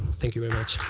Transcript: thank you.